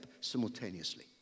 simultaneously